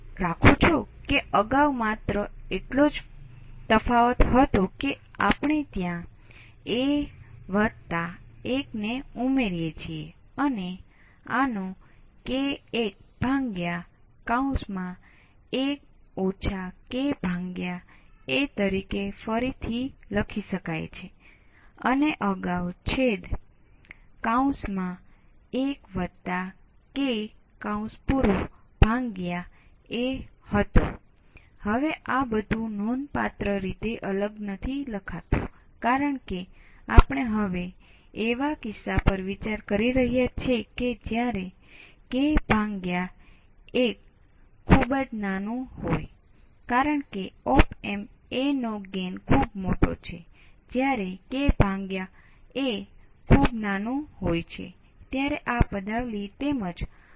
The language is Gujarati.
તેથી હકીકત તપાસ્યા પછીની તે એક પ્રકારની રીત છે કે તમે આ ધારણા કરી શકો છો કે નહીં